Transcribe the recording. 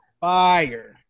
Fire